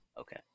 Okay